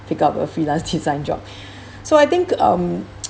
pick up a freelance design job so I think um